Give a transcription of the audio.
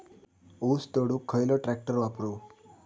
ऊस तोडुक खयलो ट्रॅक्टर वापरू?